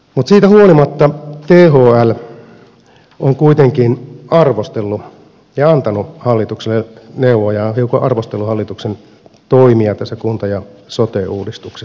siitä huolimatta thl on kuitenkin antanut hallitukselle neuvoja ja on hiukan arvostellut hallituksen toimia tässä kunta ja sote uudistuksessa